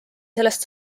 sellest